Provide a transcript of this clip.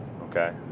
okay